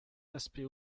aspects